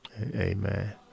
Amen